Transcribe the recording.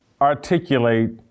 articulate